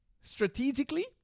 strategically